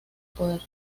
poder